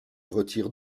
retire